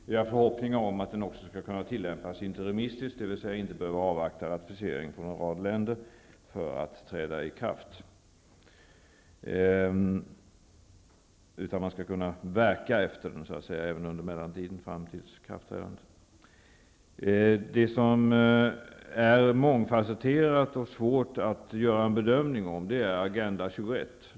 Vi har förhoppningar om att den också skall kunna tillämpas interimistiskt, dvs. att det inte skall bli nödvändigt att avvakta ratificering från en rad länder innan den kan träda i kraft, utan att man skall kunna börja tillämpa den redan under mellantiden fram till ikraftträdandet. Det som är mångfasetterat och svårt att göra en bedömning om är Agenda 21.